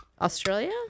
Australia